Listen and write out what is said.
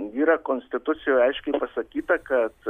yra konstitucijoj aiškiai pasakyta kad